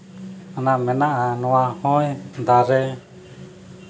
ᱱᱚᱣᱟ ᱢᱮᱱᱟᱜᱼᱟ ᱱᱚᱣᱟ ᱦᱚᱭ ᱫᱟᱨᱮ